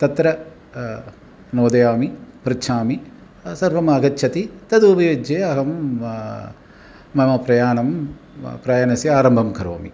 तत्र नोदयामि पृच्छामि सर्वमागच्छति तदुपयुज्य अहं मम प्रयाणं प्रयाणस्य आरम्भं करोमि